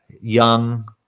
young